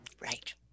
right